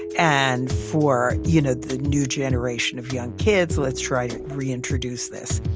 and for you know, the new generation of young kids, let's try to reintroduce this.